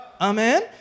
Amen